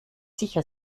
sicher